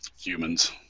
Humans